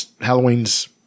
Halloween's